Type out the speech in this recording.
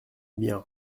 bien